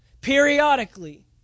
periodically